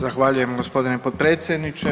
Zahvaljujem gospodine potpredsjedniče.